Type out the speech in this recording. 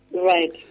Right